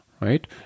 right